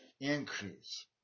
increase